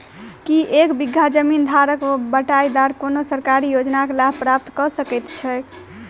की एक बीघा जमीन धारक वा बटाईदार कोनों सरकारी योजनाक लाभ प्राप्त कऽ सकैत छैक?